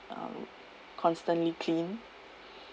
um constantly cleaned